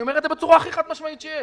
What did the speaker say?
אני אומר את זה בצורה הכי חד-משמעית שיש.